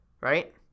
right